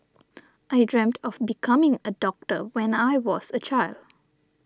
I dreamt of becoming a doctor when I was a child